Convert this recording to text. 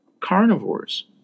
carnivores